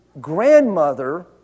grandmother